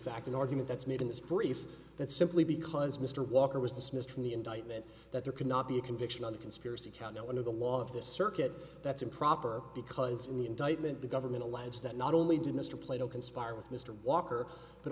fact an argument that's made in this brief that simply because mr walker was dismissed from the indictment that there cannot be a conviction on the conspiracy count no under the law of this circuit that's improper because in the indictment the government alleges that not only did mr plato conspire with mr walker but